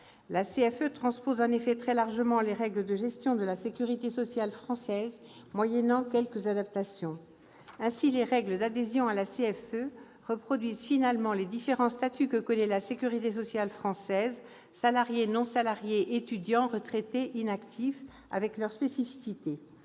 La CFE transpose très largement les règles de gestion de la sécurité sociale française moyennant quelques adaptations. Ainsi, les règles d'adhésion à la CFE reproduisent fidèlement les différents statuts que connaît la sécurité sociale française- salarié, non-salarié, étudiant, retraité, inactif -avec leurs spécificités.